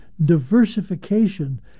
diversification